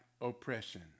Oppression